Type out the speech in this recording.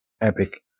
epic